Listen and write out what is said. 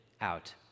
out